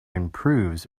improves